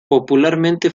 popularmente